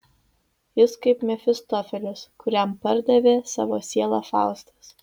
jis kaip mefistofelis kuriam pardavė savo sielą faustas